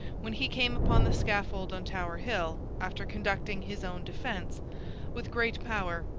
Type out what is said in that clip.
when he came upon the scaffold on tower hill, after conducting his own defence with great power,